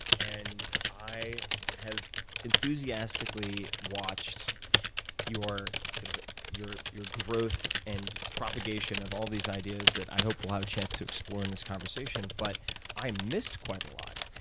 and i have enthusiastically watched your sort of your growth and propagation of all these ideas that i hope we'll have a chance to explore in this conversation. but i missed quite a lot.